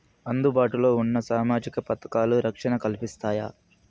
అందుబాటు లో ఉన్న సామాజిక పథకాలు, రక్షణ కల్పిస్తాయా?